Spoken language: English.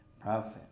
prophet